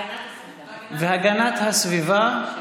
והגנת הסביבה,